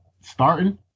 Starting